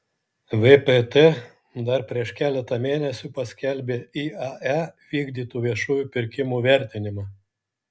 vpt dar prieš keletą mėnesių paskelbė iae vykdytų viešųjų pirkimų vertinimą